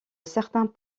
certains